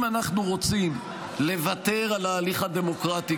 אם אנחנו רוצים לוותר על ההליך הדמוקרטי